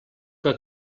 que